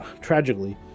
tragically